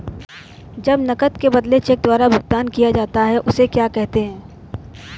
जब नकद के बदले चेक द्वारा भुगतान किया जाता हैं उसे क्या कहते है?